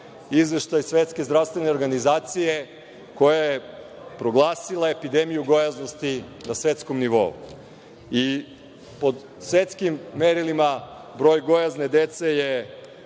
izveštaj Svetske zdravstvene organizacije koja je proglasila epidemiju gojaznosti na svetskom nivou. Po svetskim merilima, broj gojazne dece je